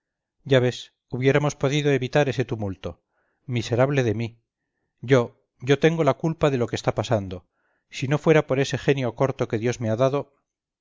ya ves hubiéramos podido evitar ese tumulto miserable de mí yo yo tengo la culpa de lo que está pasando si no fuera por este genio corto que dios me ha dado